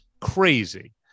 crazy